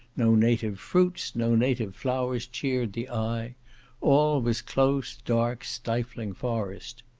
no native fruits, no native flowers cheered the eye all was close, dark, stifling forest.